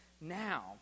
now